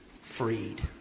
freed